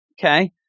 okay